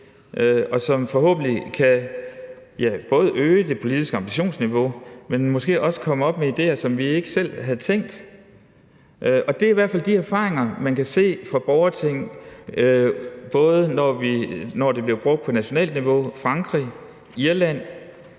det kan forhåbentlig øge det politiske ambitionsniveau, og måske kan borgertinget også komme op med idéer, som vi ikke selv havde fået. Det er i hvert fald de erfaringer, man kan se fra borgerting, både når det bliver brugt på nationalt niveau, i Frankrig og Irland,